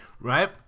Right